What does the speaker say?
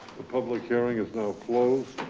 the public hearing is now closed.